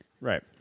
Right